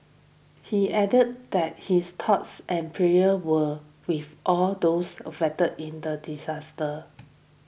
he added that his thoughts and prayers were with all those affected in the disaster